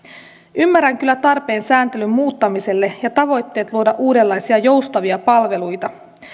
ymmärrän kyllä tarpeen sääntelyn muuttamiselle ja tavoitteet luoda uudenlaisia joustavia palveluita